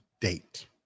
date